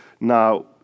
Now